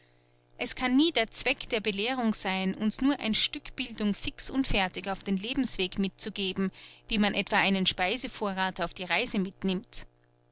es kann nie der zweck der belehrung sein uns nur ein stück bildung fix und fertig auf den lebensweg mitzugeben wie man etwa einen speise vorrath auf eine reise mitnimmt